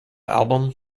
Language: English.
album